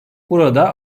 burada